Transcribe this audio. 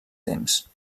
temps